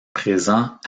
présent